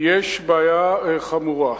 יש בעיה חמורה.